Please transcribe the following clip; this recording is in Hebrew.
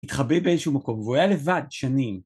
‫התחבא באיזשהו מקום ‫והוא היה לבד שנים.